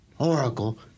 Oracle